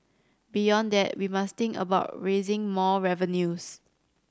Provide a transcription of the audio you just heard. beyond that we must think about raising more revenues